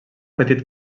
petit